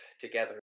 together